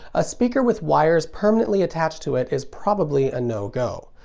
a speaker with wires permanently attached to it is probably a no-go.